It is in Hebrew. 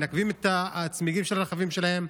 מנקבים את הצמיגים של הרכבים שלהם,